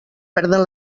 perden